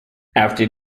after